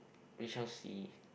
we shall see